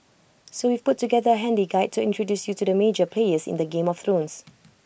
so we've put together A handy guide to introduce you to the major players in this game of thrones